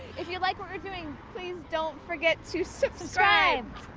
if you like what we're doing please don't forget to subscribe.